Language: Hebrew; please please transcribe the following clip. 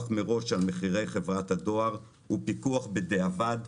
מראש על מחירי חברת הדואר ופיקוח בדיעבד.